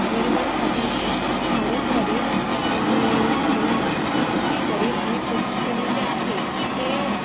गरिबांसाठी मदत करेन आणि मुलांचं शिक्षण फ्री करेन आणि पुढची पिढी जे आहे ते